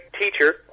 teacher